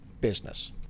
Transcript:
business